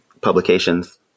publications